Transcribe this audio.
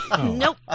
Nope